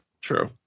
True